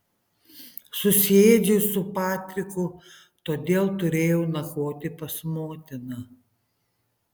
susiėdžiau su patriku todėl turėjau nakvoti pas motiną